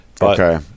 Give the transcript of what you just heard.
okay